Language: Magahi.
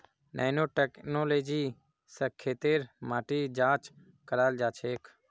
नैनो टेक्नोलॉजी स खेतेर माटी जांच कराल जाछेक